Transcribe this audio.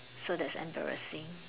so that's embarrassing